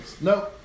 no